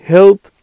Health